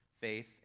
faith